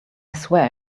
swear